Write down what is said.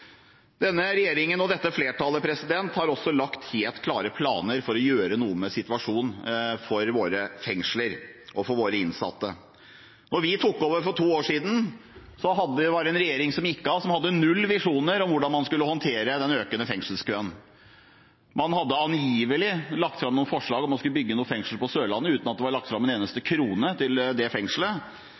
Denne regjeringen og dette flertallet har også lagt helt klare planer for å gjøre noe med situasjonen for våre fengsler og innsatte. Da vi tok over for to år siden, hadde regjeringen som gikk av, null visjoner om hvordan man skulle håndtere den økende fengselskøen. Man hadde angivelig lagt fram noen forslag om å bygge fengsel på Sørlandet uten at det var lagt fram en eneste krone til det